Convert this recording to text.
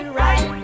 right